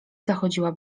zachodziła